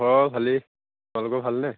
অঁ ভালেই তোমালোকৰ ভালনে